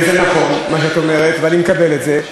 זה נכון מה שאת אומרת, ואני מקבל את זה.